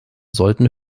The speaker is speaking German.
sollten